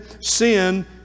sin